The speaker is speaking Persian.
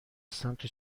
سمت